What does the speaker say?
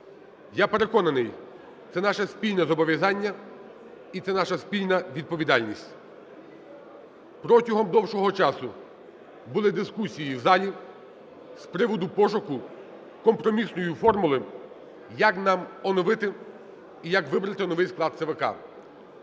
Я переконаний, це наше спільне зобов'язання і це наша спільна відповідальність. Протягом довгого часу були дискусії у залі з приводу пошуку компромісної формули, як нам оновити і як вибрати новий склад ЦВК.